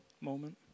moment